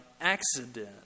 accident